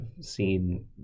seen